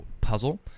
puzzle